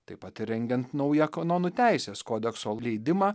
taip pat ir rengiant naują kanonų teisės kodekso leidimą